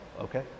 okay